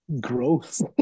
Gross